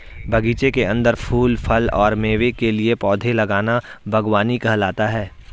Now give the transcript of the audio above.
बगीचे के अंदर फूल, फल और मेवे के लिए पौधे लगाना बगवानी कहलाता है